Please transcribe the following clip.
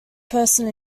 person